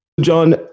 John